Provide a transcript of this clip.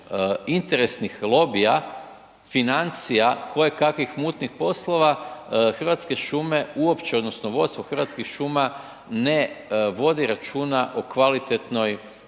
interesnih lobija, financija, kojekakvih mutnih poslova, Hrvatske šume uopće odnosno vodstvo Hrvatskih šuma ne vodi računa o kvalitetnom